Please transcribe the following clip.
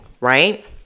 right